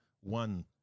one